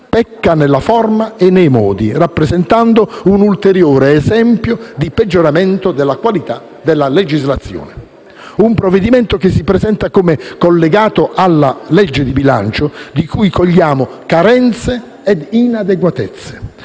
pecca nella forma e nei modi, rappresentando un ulteriore esempio di peggioramento della qualità della legislazione. Un provvedimento che si presenta come collegato alla legge di bilancio, di cui cogliamo carenze e inadeguatezze